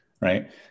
right